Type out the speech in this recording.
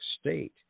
State